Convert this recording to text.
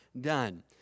done